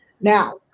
Now